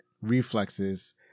reflexes